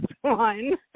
one